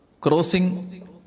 crossing